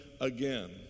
again